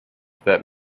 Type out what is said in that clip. that